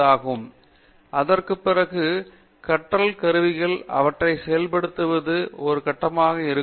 பேராசிரியர் ஸ்ரீகாந்த் வேதாந்தம் அதற்குப் பிறகு கற்றல் கருவிகள் அவற்றை செயல்படுத்துவது ஒரு கட்டமாக இருக்கும்